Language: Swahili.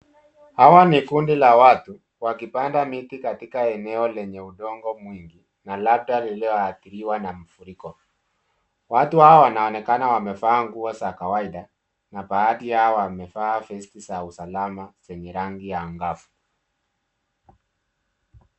Hawa ni kundi la watu wakipanda miti katika eneo lenye udongo mwingi na labda iliyoadhiriwa na mafuriko. Watu hawa wanaonekana wamevaa nguo za kawaida, na baadhi yao wamevaa vest za usalama zenye rangi angavu.